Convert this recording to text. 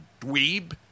dweeb